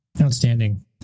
Outstanding